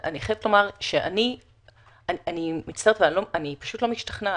אני חייבת לומר שאני פשוט לא משתכנעת.